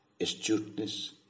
astuteness